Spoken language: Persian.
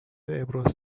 ابراز